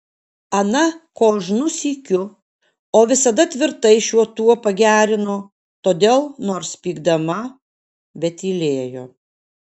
ana kožnu sykiu o visada tvirtai šiuo tuo pagerino todėl nors pykdama bet tylėjo